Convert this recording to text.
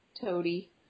toady